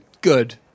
good